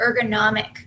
ergonomic